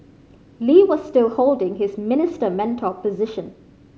Lee was still holding his Minister Mentor position